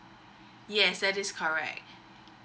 yes that is correct